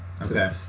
Okay